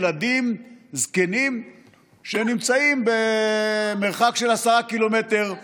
ילדים וזקנים שנמצאים במרחק של 10 קילומטר מעזה.